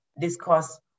discuss